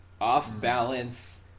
off-balance